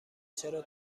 چرا